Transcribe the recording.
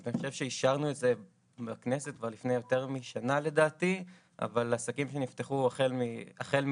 אני חושב שאישרנו את זה בכנסת לפני יותר משנה עסקים שנפתחו החל מינואר-פברואר